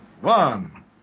one